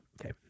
Okay